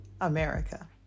America